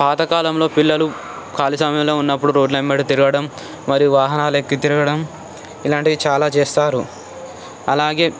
పాతకాలంలో పిల్లలు ఖాళీ సమయంలో ఉన్నప్పుడు రోడ్డుల వెంబడి తిరగడం మరియు వాహనాలు ఎక్కి తిరగడం ఇలాంటివి చాలా చేస్తారు అలాగే